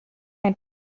ein